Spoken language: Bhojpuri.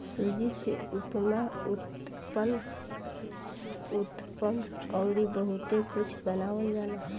सूजी से उपमा, उत्तपम अउरी बहुते कुछ बनावल जाला